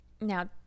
now